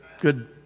good